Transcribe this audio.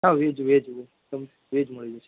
હા veg veg veg veg મળી જશે